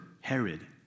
Herod